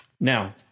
Now